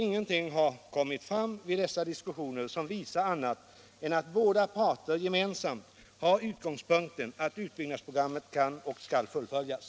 Ingenting har kommit fram vid dessa diskussioner som visar annat än att båda parter gemensamt har utgångspunkten att utbyggnadsprogrammet kan och skall fullföljas.